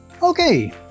okay